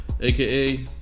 AKA